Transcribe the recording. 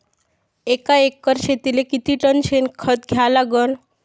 एका एकर शेतीले किती टन शेन खत द्या लागन?